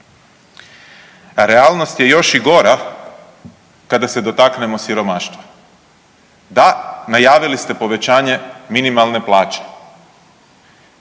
Realnost je još i gora kada se dotaknemo siromaštva. da, najavili ste povećanje minimalne plaće.